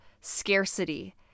scarcity